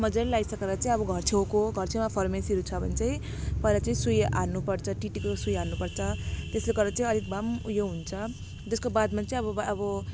मजाले लगाइसकेर चाहिँ अब घरछेउको घरछेउमा फार्मेसीहरू छ भने चाहिँ पहिला चाहिँ सुई हान्नुपर्छ टिटीको सुई हान्नुपर्छ त्यसो गरेर चाहिँ अलिक भए पनि उयो हुन्छ त्यसको बादमा चाहिँ अब अब